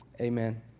amen